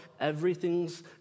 Everything's